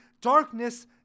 darkness